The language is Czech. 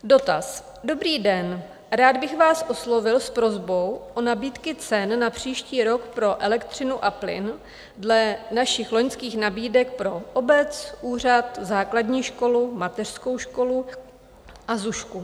Dotaz: Dobrý den, rád bych vás oslovil s prosbou o nabídky cen na příští rok pro elektřinu a plyn dle našich loňských nabídek pro obec, úřad, základní školu, mateřskou školu a zušku.